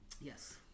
Yes